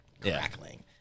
crackling